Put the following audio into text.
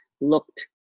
looked